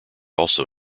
also